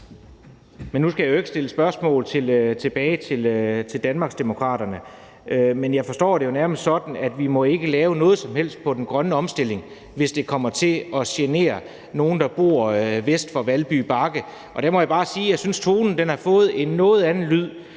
Nu skal jeg jo ikke stille spørgsmål tilbage til Nye Borgerlige, men jeg forstår det nærmest sådan, at vi ikke må lave noget som helst på den grønne omstilling, hvis det kommer til at genere nogle, der bor vest for Valby Bakke. Der må jeg bare sige, at jeg synes, piben har fået en noget anden lyd.